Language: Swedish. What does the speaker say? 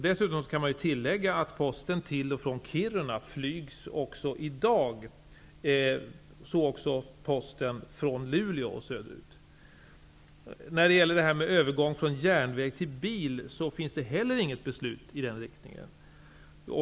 Dessutom kan tilläggas att posten till och från Kiruna flygs också i dag, liksom posten från Det finns inte heller något beslut om övergång från järnvägstransporterna till biltransporter.